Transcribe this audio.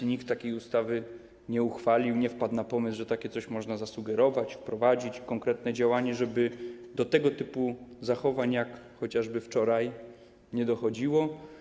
Nikt do tej pory takiej ustawy nie uchwalił, nie wpadł na pomysł, że takie coś można zasugerować, wprowadzić konkretne działanie, żeby do tego typu zachowań, jak chociażby wczoraj, nie dochodziło.